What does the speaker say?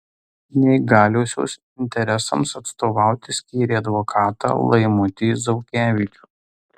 neįgaliosios interesams atstovauti skyrė advokatą laimutį zaukevičių